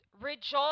rejoice